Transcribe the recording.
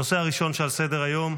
הנושא הראשון שעל סדר-היום,